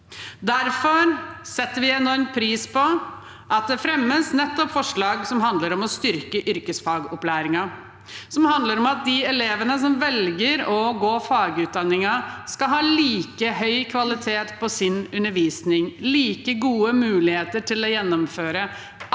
Derfor setter vi enormt pris på at det fremmes forslag som nettopp handler om å styrke yrkesfagopplæringen, som handler om at de elevene som velger å gå fagutdanninger, skal ha like høy kvalitet på sin undervisning, like gode muligheter til å gjennomføre